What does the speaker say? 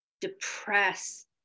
depress